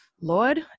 Lord